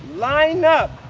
line up